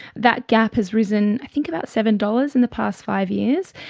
that gap has risen i think about seven dollars in the past five years.